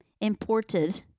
imported